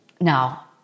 Now